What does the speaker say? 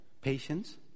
Patience